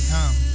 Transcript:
come